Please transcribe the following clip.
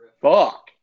fuck